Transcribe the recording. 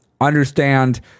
understand